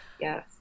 Yes